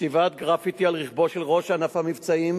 כתיבת גרפיטי על רכבו של ראש ענף המבצעים